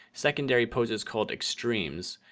secondary poses called extremes.